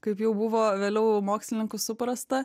kaip jau buvo vėliau mokslininkų suprasta